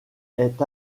est